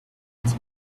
its